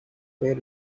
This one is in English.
were